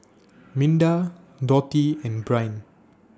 Minda Dotty and Bryn